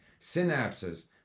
synapses